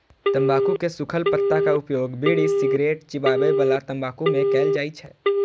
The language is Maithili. तंबाकू के सूखल पत्ताक उपयोग बीड़ी, सिगरेट, चिबाबै बला तंबाकू मे कैल जाइ छै